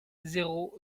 zéro